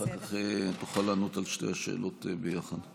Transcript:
אחר כך תוכל לענות על שתי השאלות ביחד.